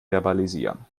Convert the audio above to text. verbalisieren